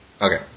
Okay